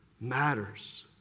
matters